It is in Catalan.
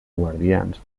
guardians